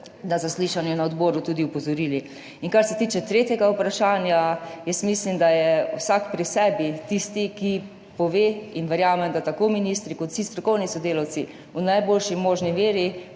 na zaslišanju na odboru tudi opozorili. Kar se tiče tretjega vprašanja, mislim, da je vsak pri sebi tisti, ki pove, in verjamem, da tako ministri kot vsi strokovni sodelavci v najboljši možni meri